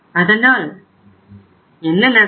அதனால் என்ன நடக்கும்